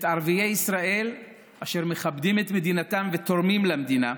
את ערביי ישראל אשר מכבדים את מדינתם ותורמים למדינה,